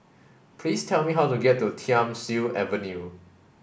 please tell me how to get to Thiam Siew Avenue